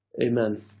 amen